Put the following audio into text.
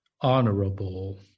honorable